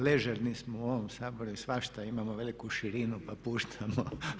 Ležerni smo u ovom Saboru i svašta, imamo veliku širinu pa puštamo.